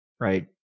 right